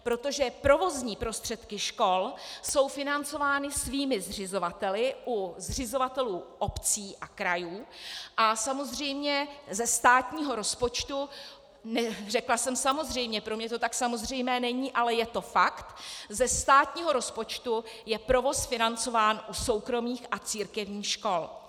Protože provozní prostředky škol jsou financovány svými zřizovateli u zřizovatelů obcí a krajů, a samozřejmě ze státního rozpočtu řekla jsem samozřejmě, pro mě to tak samozřejmé není, ale je to fakt ze státního rozpočtu je provoz financován u soukromých a církevních škol.